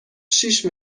شیش